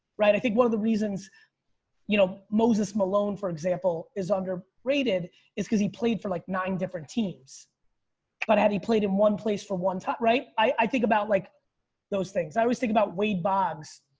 right? i think one of the reasons you know, moses malone for example, is under rated is cause he played for like nine different teams but had he played in one place for one time, right? i think about like those things. i always think about wade boggs,